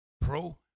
pro